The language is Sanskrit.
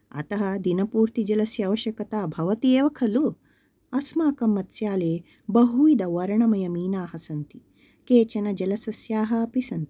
अतः दिनपूर्तिः जलस्य आवश्यकता भवति एव खलु अस्माकं मत्स्यालये बहुविधवर्णमयमीनाः सन्ति केचन जलसस्याः अपि सन्ति